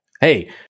hey